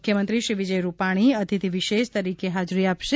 મુખ્યમંત્રી શ્રી વિજય રૂપાણી અતિથિ વિશેષ તરીકે હાજરી આપશે